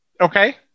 Okay